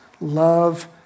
love